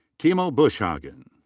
timo buschhagen.